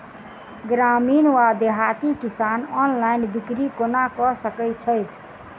ग्रामीण वा देहाती किसान ऑनलाइन बिक्री कोना कऽ सकै छैथि?